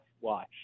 watch